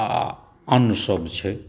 आओर आनसब छै